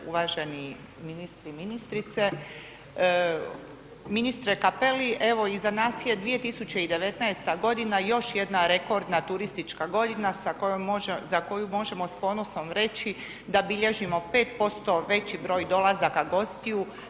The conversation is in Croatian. Uvaženi ministri i ministrice, ministre Cappelli evo iza nas je 2019. godina još jedna rekordna turistička godina sa kojom, za koju možemo s ponosom reći da bilježimo 5% veći broj dolazaka gostiju.